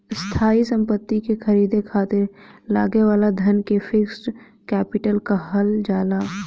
स्थायी सम्पति के ख़रीदे खातिर लागे वाला धन के फिक्स्ड कैपिटल कहल जाला